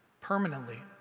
permanently